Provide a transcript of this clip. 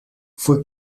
fue